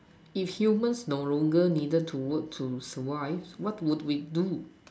if humans no longer needed to work to survive what would we do